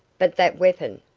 but that weapon?